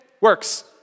Works